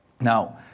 Now